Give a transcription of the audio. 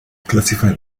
classify